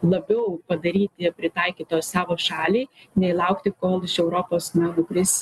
labiau padaryti pritaikyt toj savo šaliai nei laukti kol iš europos na nukris